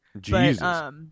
Jesus